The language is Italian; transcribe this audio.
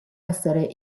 essere